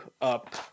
up